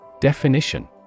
Definition